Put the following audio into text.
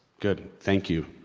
good! thank you.